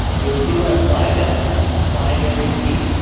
you'll see where i've flagged that as a primary key.